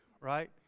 right